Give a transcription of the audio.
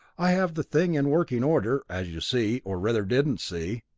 i have the thing in working order, as you see or rather, didn't see.